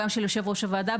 גם של יושב-ראש הוועדה,